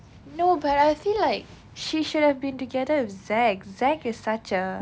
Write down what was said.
no but I feel like she should have been together with zac zac is such a